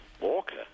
Walker